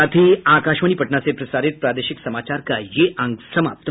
इसके साथ ही आकाशवाणी पटना से प्रसारित प्रादेशिक समाचार का ये अंक समाप्त हुआ